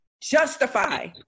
Justify